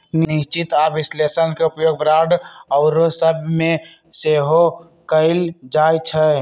निश्चित आऽ विश्लेषण के उपयोग बांड आउरो सभ में सेहो कएल जाइ छइ